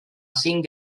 cinc